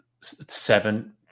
Seven